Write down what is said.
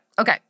Okay